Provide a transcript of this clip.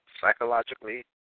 psychologically